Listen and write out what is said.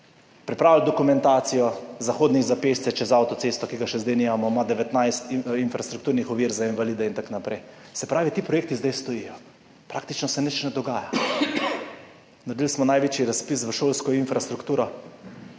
Pripravili smo dokumentacijo za hodnik za pešce čez avtocesto, ki ga še zdaj nimamo, ima 19 infrastrukturnih ovir za invalide in tako naprej. Se pravi, ti projekti zdaj stojijo, praktično se nič ne dogaja. Naredili smo največji razpis za šolsko infrastrukturo,